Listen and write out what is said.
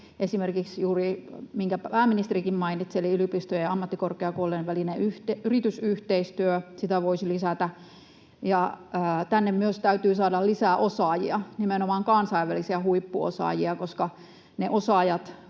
esimerkiksi juuri se, minkä pääministerikin mainitsi, eli yliopistojen ja ammattikorkeakoulujen välinen yritysyhteistyö. Sitä voisi lisätä, ja tänne myös täytyy saada lisää osaajia, nimenomaan kansainvälisiä huippuosaajia, koska ne osaajat